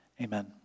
Amen